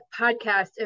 podcast